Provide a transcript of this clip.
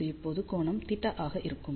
இது இப்போது கோணம் θ ஆக இருக்கும்